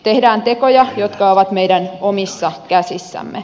tehdään tekoja jotka ovat meidän omissa käsissämme